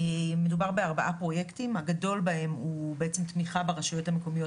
מדובר בארבעה פרויקטים הגדול בהם הוא בעצם תמיכה ברשויות המקומיות,